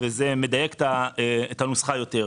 וזה מדייק את הנוסחה יותר.